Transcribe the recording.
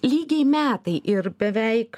lygiai metai ir beveik